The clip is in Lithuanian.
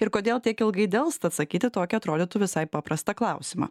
ir kodėl tiek ilgai delsta atsakyti į tokį atrodytų visai paprastą klausimą